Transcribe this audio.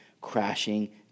crashing